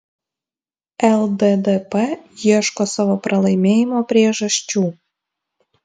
lddp ieško savo pralaimėjimo priežasčių